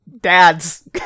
Dads